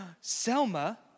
Selma